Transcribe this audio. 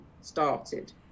started